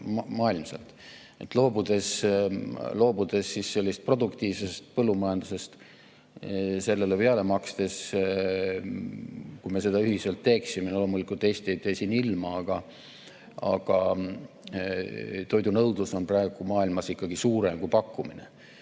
maailma. Loobudes produktiivsest põllumajandusest ja sellele loobumisele peale makstes, kui me seda ühiselt teeksime – loomulikult Eesti ei tee siin ilma, aga toidu nõudlus on praegu maailmas ikkagi suurem kui pakkumine